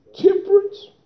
temperance